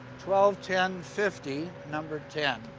twelve, ten, fifty, number ten.